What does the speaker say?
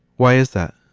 why is that?